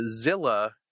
Zilla